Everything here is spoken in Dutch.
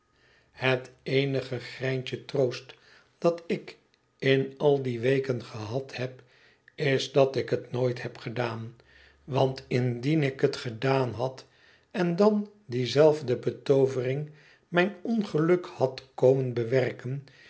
het eenige greintje troost dat ik in al die weken gehad heb is dat ik het nooit heb gedaan want indien ik het gedaan had en dan die zelfde betoovermg mijn ongeluk had komen bewerken